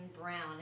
brown